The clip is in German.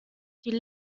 die